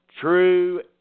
true